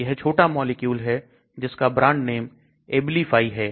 यह छोटा मॉलिक्यूल है जिसका ब्रांड नेम Abilify है